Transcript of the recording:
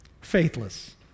faithless